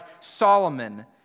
Solomon